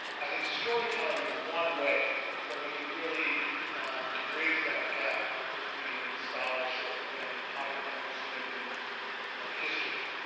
i think storytelling is one way that we can really bridge that gap between scholarship and popular understandings of history.